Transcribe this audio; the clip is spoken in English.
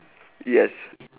yes